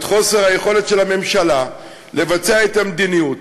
חוסר היכולת של הממשלה לבצע את המדיניות.